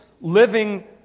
living